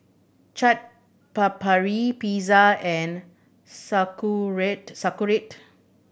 Chaat Papri Pizza and Sauerkraut Sauerkraut